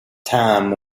time